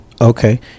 Okay